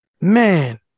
Man